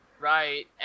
Right